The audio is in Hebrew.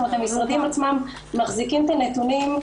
זאת אומרת המשרדים עצמם מחזיקים את הנתונים,